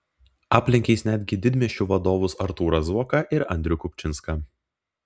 aplenkė jis netgi didmiesčių vadovus artūrą zuoką ir andrių kupčinską